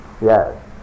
Yes